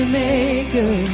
maker